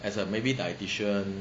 as a maybe dietitian